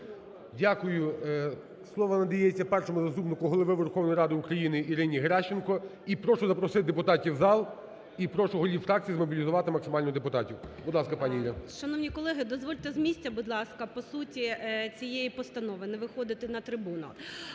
Дякую. Слово надається першому заступнику Голови Верховної Ради України Ірині Геращенко. І прошу запросити депутатів у зал і прошу голів фракцій змобілізувати максимально депутатів. Будь ласка, пані Ірина. 16:21:52 ГЕРАЩЕНКО І.В. Шановні колеги, дозвольте з місця, будь ласка, по суті цієї постанови, не виходити на трибуну.